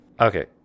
Okay